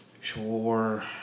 Sure